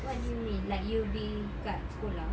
what do you mean like you'll be kat sekolah